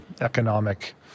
economic